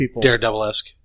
Daredevil-esque